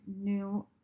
new